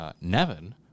Nevin